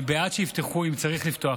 אני בעד שיפתחו אם צריך לפתוח,